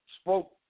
spoke